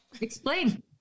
Explain